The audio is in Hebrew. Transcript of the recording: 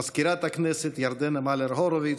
מזכירת הכנסת ירדנה מלר-הורוביץ,